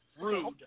Rude